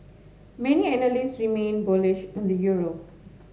many analysts remain bullish on the euro